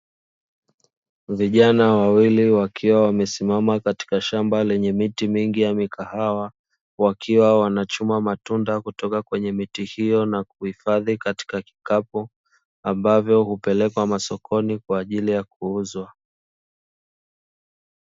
Vijana wawili wakiwa wamesimama katika shamba lenye miti mingi ya mikahawa, wakiwa wanachuma matunda kutoka kwenye miti hiyo na kuihifadhi katika kikapu ambavyo hupelekwa masokoni kwa ajili ya kuuzwa.